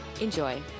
Enjoy